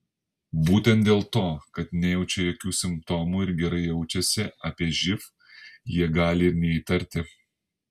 būtent dėl to kad nejaučia jokių simptomų ir gerai jaučiasi apie živ jie gali ir neįtarti